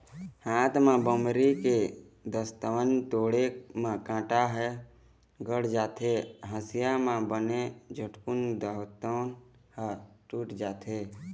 हाथ म बमरी के दतवन तोड़े म कांटा ह गड़ जाथे, हँसिया म बने झटकून दतवन ह टूट जाथे